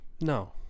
no